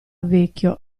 vecchio